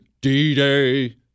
D-Day